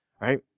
Right